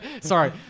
Sorry